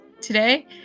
today